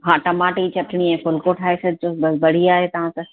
हा टमाटेजी चटणी ऐं फुलको ठाहे छॾिजो ब बढ़िया आहे तव्हां त